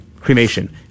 cremation